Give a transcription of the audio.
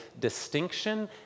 distinction